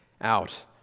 out